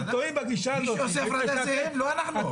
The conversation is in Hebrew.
מי שעושה הפרדה זה הם, לא אנחנו.